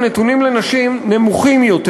הנתונים לגבי נשים נמוכים יותר,